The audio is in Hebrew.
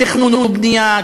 תכנון ובנייה,